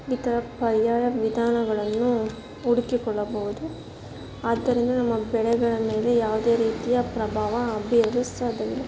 ಈ ಥರ ಪರ್ಯಾಯ ವಿಧಾನಗಳನ್ನು ಹುಡ್ಕಿಕೊಳ್ಳಬಹುದು ಆದ್ದರಿಂದ ನಮಗೆ ಬೆಳೆಗಳ ಮೇಲೆ ಯಾವುದೇ ರೀತಿಯ ಪ್ರಭಾವ ಬೀರಲು ಸಾಧ್ಯವಿಲ್ಲ